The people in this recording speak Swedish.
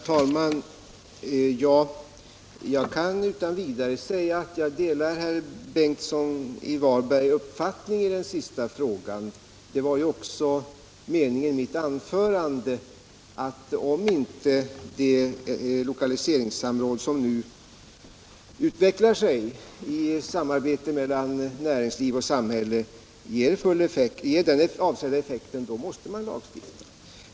Herr talman! Jag kan utan vidare säga att jag delar herr Ingemund Bengtssons i Varberg uppfattning i den sista frågan. Det var också meningen i mitt anförande, att om inte det lokaliseringssamråd som nu utvecklas mellan 97 näringsliv och samhälle ger den avsedda effekten måste man lagstifta.